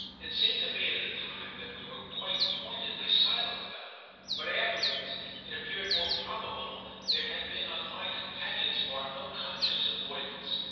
it seemed to me at the time that we were quite pointedly silent about him but afterwards it appeared more probable there had been on my companion's part no conscious avoidance.